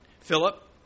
Philip